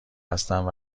هستند